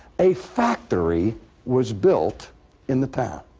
a factory was built in the town